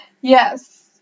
Yes